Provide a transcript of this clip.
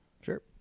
Sure